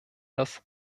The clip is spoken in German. das